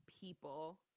people